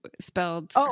spelled